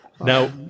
Now